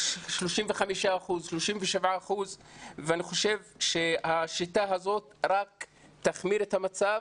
35% 37%. אני חושב שהשיטה הזאת רק תחמיר את המצב.